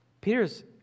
Peter's